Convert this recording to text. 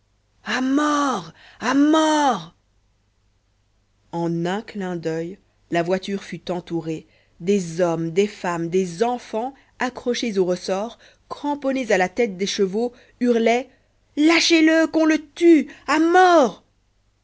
à mort à mort en un clin d'oeil la voiture fut entourée des hommes des femmes des enfants accrochés aux ressorts cramponnés à la tête des chevaux hurlaient lâchez le qu'on le tue à mort